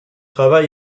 travail